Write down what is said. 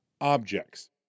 objects